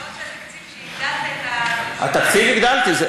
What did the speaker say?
ההצבעות של התקציב שהגדלת, את התקציב הגדלתי.